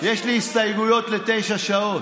יש לי הסתייגויות לתשע שעות.